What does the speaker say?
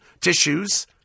tissues